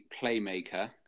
playmaker